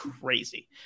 crazy